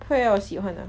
不会 ah 我喜欢 ah